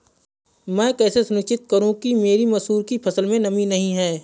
मैं कैसे सुनिश्चित करूँ कि मेरी मसूर की फसल में नमी नहीं है?